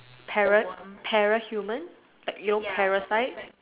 para para human like you know parasite